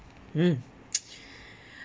mm